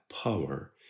power